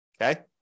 okay